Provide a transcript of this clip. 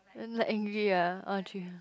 then let angry uh orh tri~